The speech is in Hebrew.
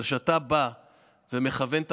יש כאלה שהיו קוראים לזה הסתה נגד חרדים.